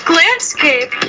landscape